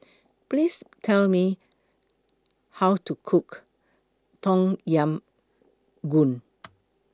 Please Tell Me How to Cook Tom Yam Goong